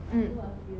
mm